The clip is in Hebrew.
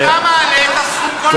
אתה מעלה את הסכום כל הזמן.